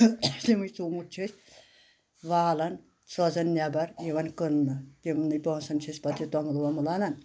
تِمٕے ژوٗنٛٹھۍ چھِ أسۍ والان سوزان نیٚبر یِوان کٕننہٕ تِمنٕے پۅنٛسن چھِ أسۍ پتہٕ یہِ توٚمُل ووٚمُل اَنان